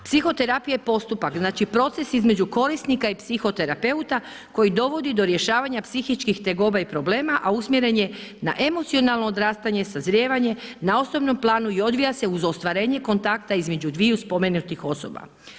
Psihoterapija je postupak, znači proces između korisnika i psihoterapeuta koji dovodi do rješavanja psihičkih tegoba i problema a usmjeren je na emocionalno odrastanje i sazrijevanje, na osobnom planu i odvija se uz ostvarenje kontakta između dviju spomenutih osoba.